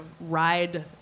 ride